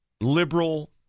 liberal